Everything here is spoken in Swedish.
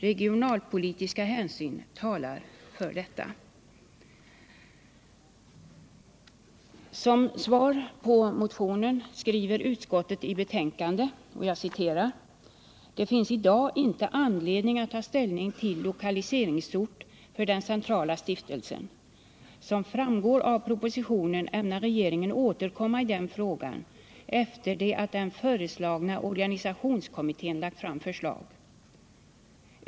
Regionalpolitiska hänsyn talar för detta. Som svar på motionen skriver utskottet: ”Det finns i dag inte anledning att ta ställning till lokaliseringsort för den centrala stiftelsen. Som framgår av propositionen ämnar regeringen återkomma i den frågan efter det att den föreslagna organisationskommittéen lagt fram sitt förslag.